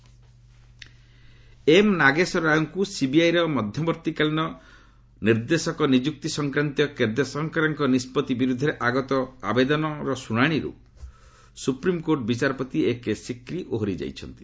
SC CBI M Nageswara ରାଓଙ୍କୁ ସିବିଆଇର ମଧ୍ୟବର୍ତ୍ତୀକାଳୀନ ନିଯୁକ୍ତି ସଂକ୍ରାନ୍ତୀୟ କେନ୍ଦ୍ର ସରକାରଙ୍କ ନିଷ୍ପଭି ବିରୁଦ୍ଧରେ ଆଗତ ଆବେଦନର ଶୁଣାଣିରୁ ସୁପ୍ରିମକୋର୍ଟ ବିଚାରପତି ଏକେ ସିକ୍ରି ଓହରି ଯାଇଛନ୍ତି